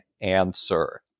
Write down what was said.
answer